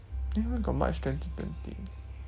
eh why got march twenty twenty